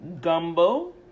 gumbo